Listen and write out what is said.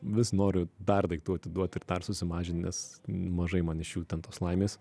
vis noriu dar daiktų atiduot ir dar susimažint nes mažai man iš jų ten tos laimės